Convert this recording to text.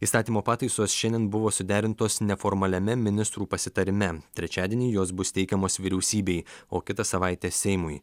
įstatymo pataisos šiandien buvo suderintos neformaliame ministrų pasitarime trečiadienį jos bus teikiamos vyriausybei o kitą savaitę seimui